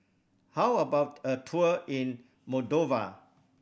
how about a tour in Moldova